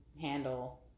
handle